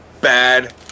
bad